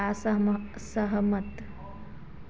असहम असहमत